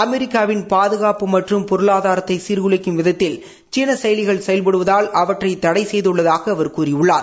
அமெரிக்காவின் பாதுகாப்பு மற்றும் பொருளாதாரத்தை சீாகுலைக்கும விதத்தில் சீன செயலிகள் செயல்படுவதால் அவற்றை தடை செய்தள்ளதாக அவர் கூறியுள்ளார்